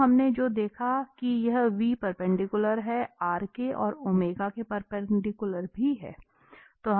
तो हमने जो देखा कि यह परपेंडिकुलर है के और के परपेंडिकुलर भी है